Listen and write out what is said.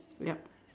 yup